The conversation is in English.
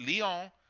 Lyon